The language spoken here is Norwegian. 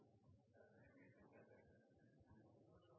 er min